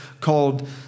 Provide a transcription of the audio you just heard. called